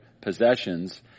possessions